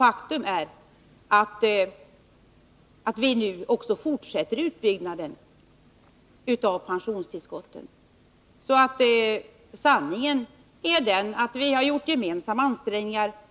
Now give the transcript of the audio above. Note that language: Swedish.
Faktum är att vi nu också fortsätter utbyggnaden av pensionstillskotten. Sanningen är den att vi har gjort gemensamma ansträngningar.